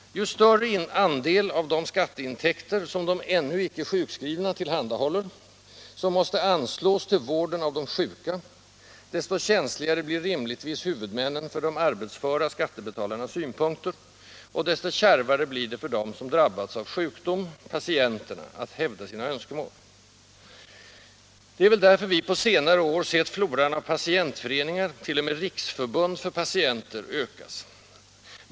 Ju större andel av de skatteintäkter de ”ännu icke sjukskrivna” tillhandahåller, som måste anslås till vården av de sjuka, desto känsligare blir rimligtvis huvudmännen för de arbetsföra skattebetalarnas synpunkter, och desto kärvare blir det för dem som drabbats av sjukdom — patienterna — att hävda sina önskemål. Det är väl därför vi på senare år sett floran av patientföreningar — t.o.m. riksförbund för patienter — ökas.